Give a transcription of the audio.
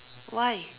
why